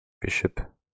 Bishop